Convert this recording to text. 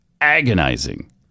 agonizing